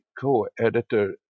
co-editor